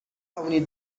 توانید